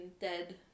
dead